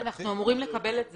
אנחנו אמורים לקבל את זה.